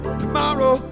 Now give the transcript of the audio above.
tomorrow